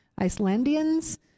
Icelandians